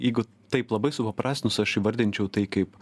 jeigu taip labai supaprastinus aš įvardinčiau tai kaip